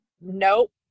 Nope